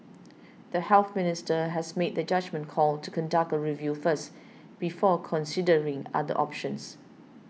the Health Minister has made the judgement call to conduct a review first before considering other options